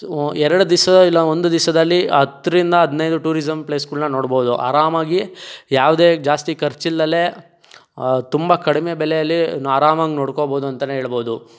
ಎರಡು ದಿವಸ ಇಲ್ಲ ಒಂದು ದಿವಸದಲ್ಲಿ ಹತ್ತರಿಂದ ಹದಿನೈದು ಟೂರಿಸಂ ಪ್ಲೇಸ್ಗಳನ್ನ ನೋಡಬಹುದು ಆರಾಮಾಗಿ ಯಾವುದೇ ಜಾಸ್ತಿ ಖರ್ಚು ಇಲ್ದಲೇ ತುಂಬ ಕಡಿಮೆ ಬೆಲೆಯಲ್ಲಿ ಆರಾಮಾಗಿ ನೋಡ್ಕೋಬಹುದು ಅಂತಲೇ ಹೇಳಬಹುದು